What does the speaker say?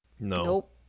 Nope